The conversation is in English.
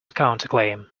counterclaim